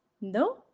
no